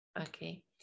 Okay